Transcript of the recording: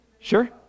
Sure